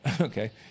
Okay